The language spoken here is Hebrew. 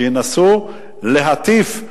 שינסו להטיף,